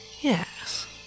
Yes